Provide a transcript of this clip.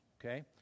okay